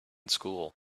school